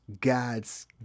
God's